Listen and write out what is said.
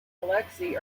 alexei